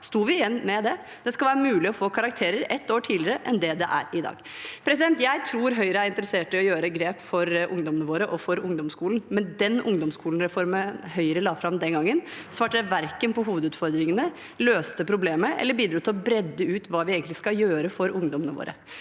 sto vi igjen med det. Det skal være mulig å få karakterer ett år tidligere enn det det er i dag. Jeg tror Høyre er interessert i å ta grep for ungdommene våre og for ungdomsskolen, men den ungdomsskolereformen Høyre la fram den gangen, verken svarte på hovedutfordringene, løste problemet eller bidro til å breie ut hva de egentlig skal gjøre for ungdommene våre.